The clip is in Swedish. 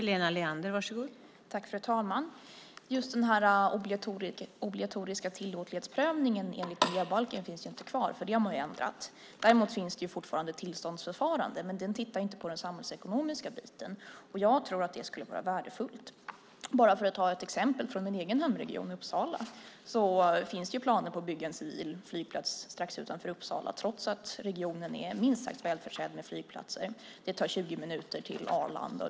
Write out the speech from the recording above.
Fru talman! Just den obligatoriska tillåtlighetsprövningen enligt miljöbalken finns ju inte kvar. Det har man ändrat. Däremot finns det fortfarande ett tillståndsförfarande, men då tittar man inte på den samhällsekonomiska biten. Och jag tror att det skulle vara värdefullt. Bara för att ta ett exempel från min egen hemregion Uppsala kan jag säga att det finns planer på att bygga en civil flygplats strax utanför Uppsala, trots att regionen är minst sagt välförsedd med flygplatser. Det tar 20 minuter till Arlanda.